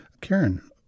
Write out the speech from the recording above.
Karen